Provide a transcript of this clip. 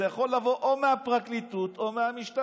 זה יכול לבוא או מהפרקליטות או מהמשטרה.